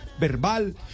verbal